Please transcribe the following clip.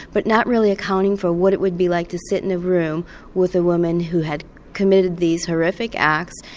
but not really accounting for what it would be like to sit in a room with a woman who had committed these horrific acts,